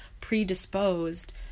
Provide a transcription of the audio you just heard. predisposed